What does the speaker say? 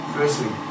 Firstly